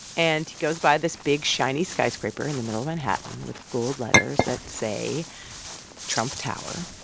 and he goes by this big, shiny skyscraper in the middle of manhattan with gold letters that say trump tower.